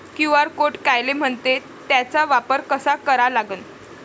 QR code कायले म्हनते, त्याचा वापर कसा करा लागन?